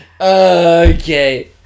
Okay